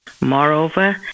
Moreover